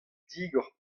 digor